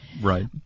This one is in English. Right